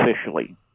officially